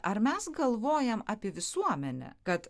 ar mes galvojam apie visuomenę kad